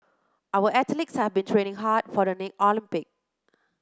our athletes have been training hard for the next Olympic